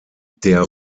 der